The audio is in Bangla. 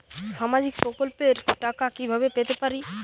সামাজিক প্রকল্পের টাকা কিভাবে পেতে পারি?